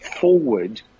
forward